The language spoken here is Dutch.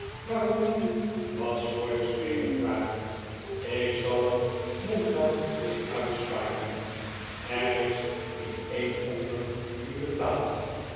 waarom niet was sawyer's wedervraag ik zal er nog geld mee uitsparen er is er niet een onder die betaalt